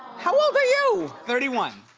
how old are you? thirty one.